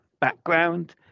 background